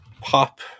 pop